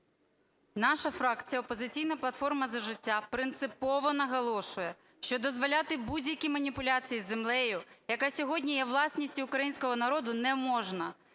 наша фракція, "Опозиційна платформа - За життя", принципово наголошує, що дозволяти будь-які маніпуляції з землею, яка сьогодні є власністю українського народу, не можна.